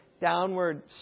downward